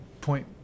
Point